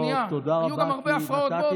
היו גם הרבה הפרעות.